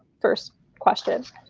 first question?